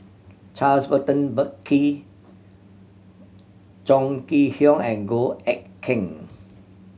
Charles Burton Buckley Chong Kee Hiong and Goh Eck Kheng